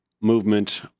movement